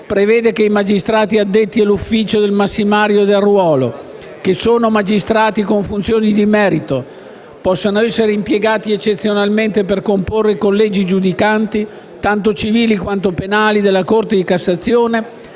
prevede che i magistrati addetti all'ufficio del massimario e del ruolo, che sono magistrati con funzioni di merito, possano essere impiegati eccezionalmente per comporre i collegi giudicanti, tanto civili quanto penali, della Corte di cassazione